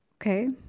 Okay